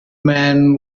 man